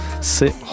C'est